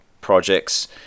projects